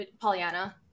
Pollyanna